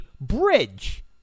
bridge